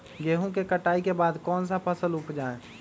गेंहू के कटाई के बाद कौन सा फसल उप जाए?